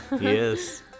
yes